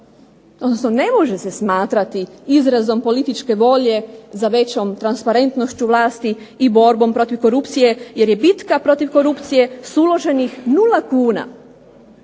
odnosno ne može se smatrati izrazom političke volje za većom transparentnošću vlasti i borbom protiv korupcije, jer je bitka protiv korupcije s uloženih nula kuna